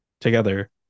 together